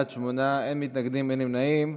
בעד, 8, אין מתנגדים, אין נמנעים.